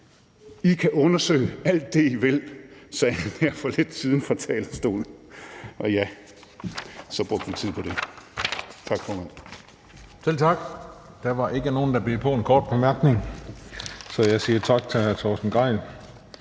I kan undersøge alt det, I vil, sagde han her for lidt siden fra talerstolen. Og ja, så brugte man tid på det. Tak, formand. Kl. 15:19 Den fg. formand (Christian Juhl): Selv tak. Der var ikke nogen, der bed på for en kort bemærkning, så jeg siger tak til hr. Torsten Gejl.